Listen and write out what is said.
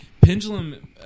Pendulum